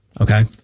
Okay